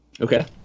Okay